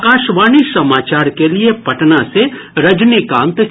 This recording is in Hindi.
आकाशवाणी समाचार के लिए पटना से रजनीकांत चौधरी